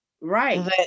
right